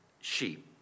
sheep